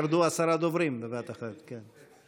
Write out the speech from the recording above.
ירדו עשרה דוברים בבת אחת, כן.